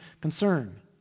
concern